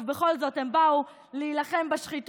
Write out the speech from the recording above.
טוב, בכל זאת הם באו להילחם בשחיתות,